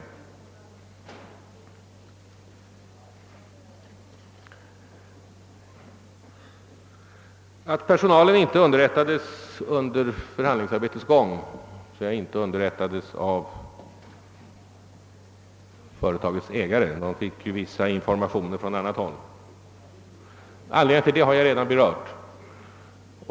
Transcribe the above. Anledningen till att personalen inte underrättades under förhandlingsarbetets gång av företagets ägare, utan bara fick vissa informationer från annat håll, har jag redan berört.